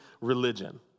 religion